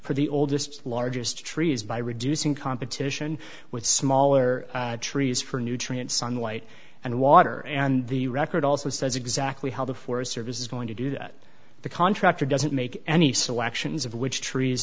for the oldest largest trees by reducing competition with smaller trees for nutrient sunlight and water and the record also says exactly how the forest service is going to do that the contractor doesn't make any selections of which trees